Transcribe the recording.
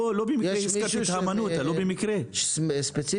לא במקרה הזכרתי